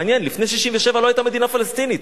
מעניין, לפני 1967 לא היתה מדינה פלסטינית,